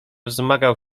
wzmagał